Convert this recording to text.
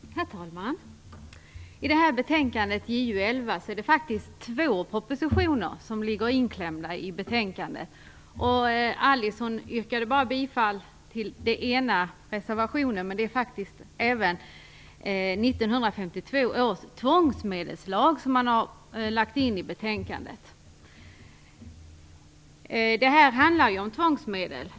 Herr talman! I detta betänkande, JuU11, ligger faktiskt två propositioner inklämda. Alice Åström yrkade bara bifall till den ena reservationen. Men man har även lagt in 1952 års tvångsmedelslag i betänkandet. Detta handlar ju om tvångsmedel.